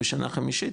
בשנה חמישית,